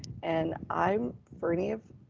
and i'm for any of